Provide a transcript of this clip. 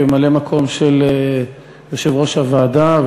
כממלא-מקום של יושבת-ראש הוועדה,